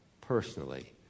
personally